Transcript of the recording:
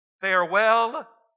Farewell